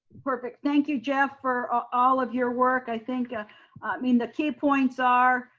perfect. thank you, jeff for ah all of your work, i think i mean the key points are,